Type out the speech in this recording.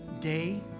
day